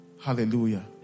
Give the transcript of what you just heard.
Hallelujah